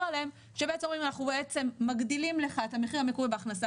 עליהם שבעצם אומרים: אנחנו מגדילים לך את המחיר המקורי בהכנסה